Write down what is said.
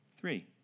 three